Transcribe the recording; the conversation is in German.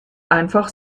einfach